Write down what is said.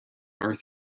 are